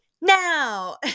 now